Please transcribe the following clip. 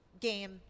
game